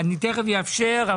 אני תכף אאפשר,